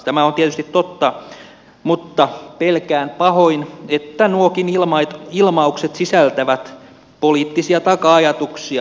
tämä on tietysti totta mutta pelkään pahoin että nuokin ilmaukset sisältävät poliittisia taka ajatuksia